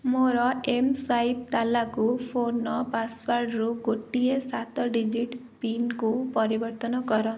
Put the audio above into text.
ମୋର ଏମ୍ ସ୍ୱାଇପ୍ ତାଲାକୁ ଫୋନ୍ର ପାସୱାର୍ଡ଼ରୁ ଗୋଟିଏ ସାତ ଡିଜିଟ୍ ପିନ୍କୁ ପରିବର୍ତ୍ତନ କର